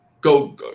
go